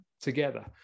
together